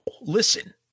listen